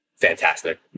fantastic